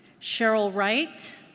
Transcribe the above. cheryl wright?